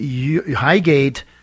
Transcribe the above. Highgate